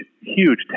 huge